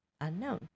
unknown